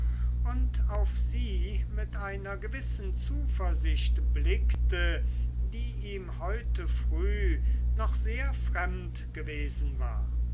und auf sie mit einer gewissen zuversicht blickte die ihm heute früh noch sehr fremd gewesen war